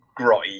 grotty